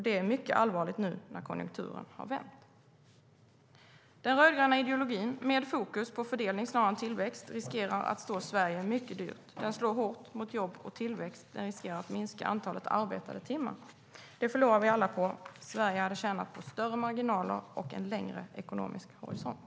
Det är mycket allvarligt när konjunkturen nu har vänt.